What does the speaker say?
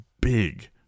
big